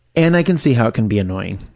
and i can see how it can be annoying,